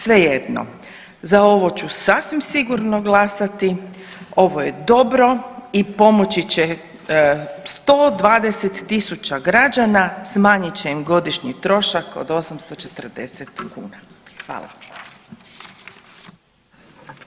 Svejedno, za ovo ću sasvim sigurno glasati, ovo je dobro i pomoći će 120 000 građana, smanjit će im godišnji trošak od 840 kuna.